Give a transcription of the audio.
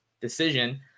decision